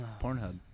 Pornhub